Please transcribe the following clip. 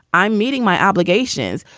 i'm meeting my obligations.